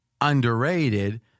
underrated